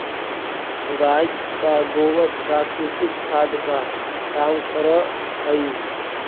गाय का गोबर प्राकृतिक खाद का काम करअ हई